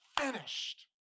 finished